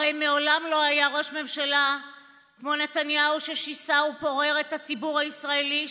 הרי מעולם לא היה ראש ממשלה כמו נתניהו ששיסע ופורר את הציבור הישראלי,